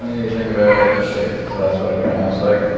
you think about this shape? so that's what it kind of looks like.